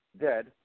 dead